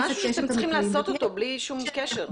זה משהו שאתם צריכים לעשות אותו בלי שום קשר.